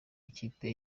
ikipe